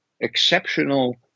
exceptional